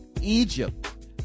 Egypt